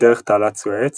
דרך תעלת סואץ